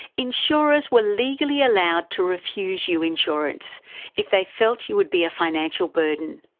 insurers were legally allowed to refuse you insurance if they felt you would be a financial burden.